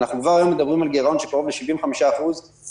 כבר היום אנחנו מדברים על גירעון של כ-75% אחוזי